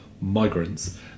migrants